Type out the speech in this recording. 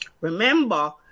Remember